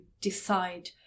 decide